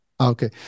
Okay